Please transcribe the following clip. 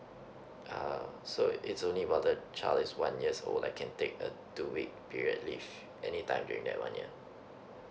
uh so it's only about the child is one years old I can take a two week period leave anytime during that one year